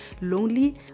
lonely